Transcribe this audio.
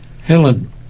Helen